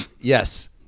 yes